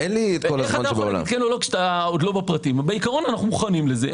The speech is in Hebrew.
בעיקרון אנו מוכנים לזה.